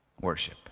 worship